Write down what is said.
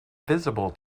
visible